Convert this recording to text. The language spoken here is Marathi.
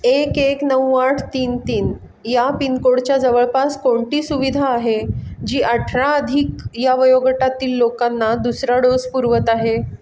एक एक नऊ आठ तीन तीन या पिनकोडच्या जवळपास कोणती सुविधा आहे जी अठरा अधिक या वयोगटातील लोकांना दुसरा डोस पुरवत आहे